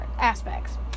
aspects